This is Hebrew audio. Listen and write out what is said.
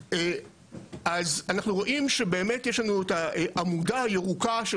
אנחנו רואים שבאמת יש לנו את העמודה הירוקה של